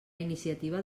iniciativa